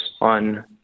on